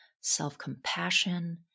self-compassion